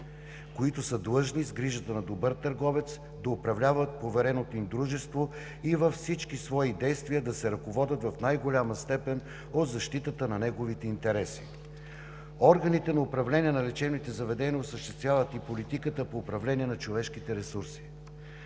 които са длъжни с грижата на добър търговец да управляват повереното им дружество и във всички свои действия да се ръководят в най-голяма степен от защитата на неговите интереси. Органите на управление на лечебните заведения осъществяват и политиката по управление на човешките ресурси.